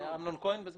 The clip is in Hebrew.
אמנון כהן.